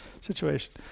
situation